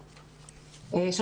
בבקשה.